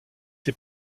ses